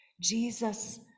Jesus